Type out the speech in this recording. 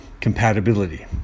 compatibility